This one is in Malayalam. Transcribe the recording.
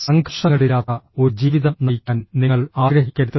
സംഘർഷങ്ങളില്ലാത്ത ഒരു ജീവിതം നയിക്കാൻ നിങ്ങൾ ആഗ്രഹിക്കരുത്